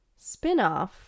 spinoff